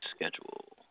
Schedule